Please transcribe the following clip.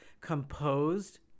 composed